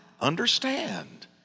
understand